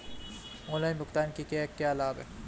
Online भुगतान के क्या लाभ हैं?